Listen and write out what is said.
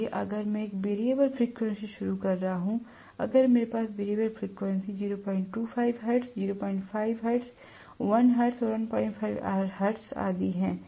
इसलिए अगर मैं एक वैरिएबल फ़्रीक्वेंसी शुरू कर रहा हूं अगर मेरे पास variable frequency 025 hertz 05 hertz 1 hertz 15 hertz आदि है